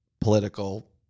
political